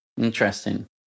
Interesting